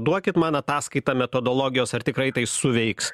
duokit man ataskaitą metodologijos ar tikrai tai suveiks